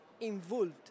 involved